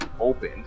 open